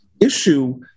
issue